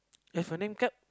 have your name card